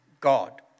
God